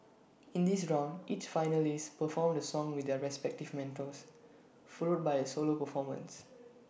in this round each finalist performed the song with their respective mentors followed by A solo performance